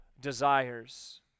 desires